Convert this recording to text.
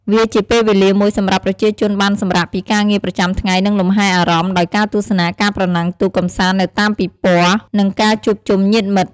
វាជាពេលវេលាមួយសម្រាប់ប្រជាជនបានសម្រាកពីការងារប្រចាំថ្ងៃ និងលំហែអារម្មណ៍ដោយការទស្សនាការប្រណាំងទូក កម្សាន្តនៅតាមពិព័រណ៍ និងការជួបជុំញាតិមិត្ត។